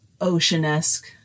ocean-esque